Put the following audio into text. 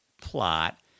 plot